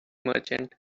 merchant